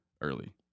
early